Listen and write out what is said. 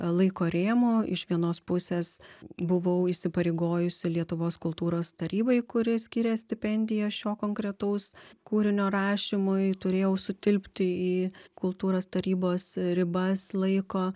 laiko rėmo iš vienos pusės buvau įsipareigojusi lietuvos kultūros tarybai kuri skiria stipendiją šio konkretaus kūrinio rašymui turėjau sutilpti į kultūros tarybos ribas laiko